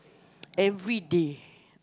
every day